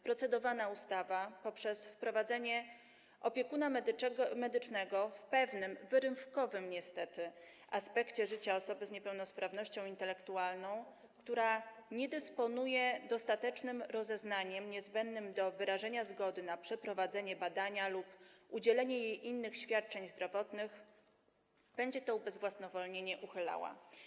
Procedowana ustawa poprzez wprowadzenie opiekuna medycznego w pewnym wyrywkowym niestety aspekcie życia osoby z niepełnosprawnością intelektualną, która nie dysponuje dostatecznym rozeznaniem niezbędnym do wyrażenia zgody na przeprowadzenie badania lub udzielenie jej innych świadczeń zdrowotnych, będzie to ubezwłasnowolnienie uchylała.